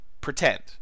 pretend